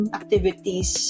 activities